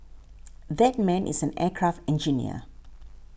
that man is an aircraft engineer